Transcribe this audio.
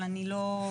אבל אני לא,